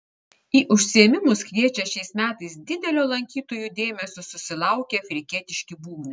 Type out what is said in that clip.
į užsiėmimus kviečia šiais metais didelio lankytojų dėmesio susilaukę afrikietiški būgnai